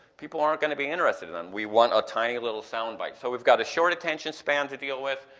people aren't going to be interested and and we want a tiny little sound bite. so we've got a short attention span to deal with,